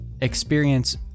experience